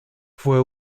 fue